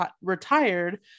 retired